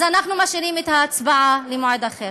אז אנחנו משאירים את ההצבעה למועד אחר.